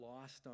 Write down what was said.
lost